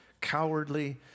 cowardly